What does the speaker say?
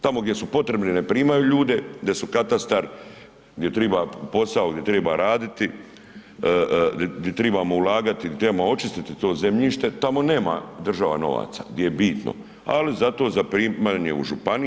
Tamo gdje su potrebni ne primaju ljude gdje su katastar gdje triba posao, gdje triba raditi, gdje tribamo ulagati, gdje trebamo očistiti to zemljište tamo nema država novaca gdje je bitno, ali zato zaprimanje u županije.